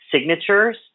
signatures